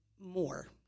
more